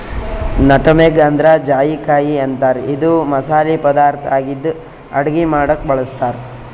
nutmeg ಅಂದ್ರ ಜಾಯಿಕಾಯಿ ಅಂತಾರ್ ಇದು ಮಸಾಲಿ ಪದಾರ್ಥ್ ಆಗಿದ್ದ್ ಅಡಗಿ ಮಾಡಕ್ಕ್ ಬಳಸ್ತಾರ್